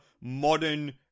modern